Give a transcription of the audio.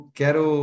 quero